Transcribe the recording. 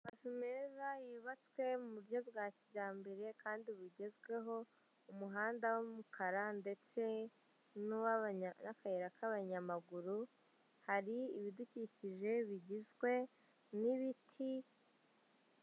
Amazu meza yubatswe mu buryo bwa kijyambere kandi bugezweho, umuhanda w'umukara ndetse n'akayira k'abanyamaguru. Hari ibidukikije bigizwe n'ibiti,...